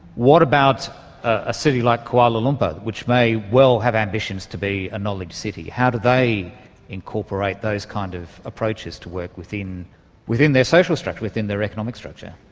what about a city like kuala lumpur which may well have ambitions to be a knowledge city, how do they incorporate those kinds of approaches to work within within their social structure, within their economic structure?